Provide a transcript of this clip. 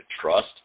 trust